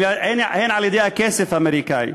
הן על-ידי הכסף האמריקני,